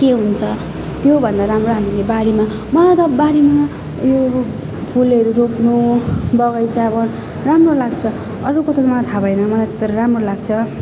के हुन्छ त्यो भन्दा राम्रो हामीले बारीमा मलाई त बारीमा उयोहरू फुलहरू रोप्नु बगैँचा अब राम्रो लाग्छ अरूको त मलाई थाहा भएन मलाई तर राम्रो लाग्छ